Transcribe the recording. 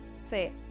Say